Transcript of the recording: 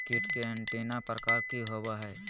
कीट के एंटीना प्रकार कि होवय हैय?